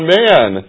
man